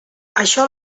això